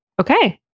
Okay